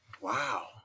Wow